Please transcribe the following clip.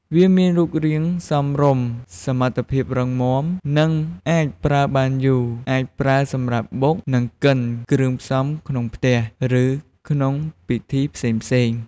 វាមានរូបរាងសមរម្យ សមត្ថភាពរឹងមាំ និងអាចប្រើបានយូរ អាចប្រើសម្រាប់បុកនិងកិនគ្រឿងផ្សំក្នុងផ្ទះ ឬក្នុងពិធីផ្សេងៗ។